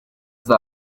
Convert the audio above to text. ngo